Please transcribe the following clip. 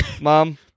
mom